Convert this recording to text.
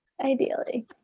ideally